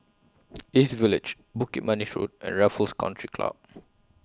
East Village Bukit Manis Road and Raffles Country Club